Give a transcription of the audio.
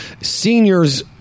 seniors